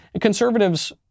conservatives